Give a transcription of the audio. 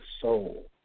soul